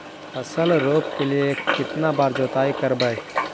फसल रोप के लिय कितना बार जोतई करबय?